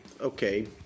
okay